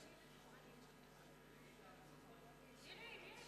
נגד